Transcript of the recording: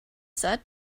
said